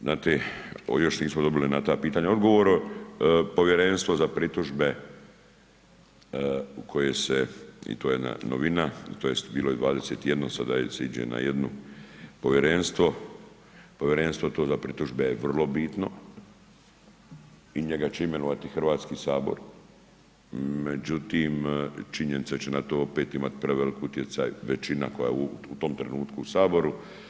Znate, još nismo dobili na ta pitanja odgovore, Povjerenstvo za pritužbe koje se, i to je jedna novina, to jest bilo je 21, sada se iđe na jednu, Povjerenstvo, Povjerenstvo to za pritužbe je vrlo bitno i njega će imenovati Hrvatski sabor, međutim činjenica će na to opet imati preveliki utjecat većina koja je u tom trenutku u Saboru.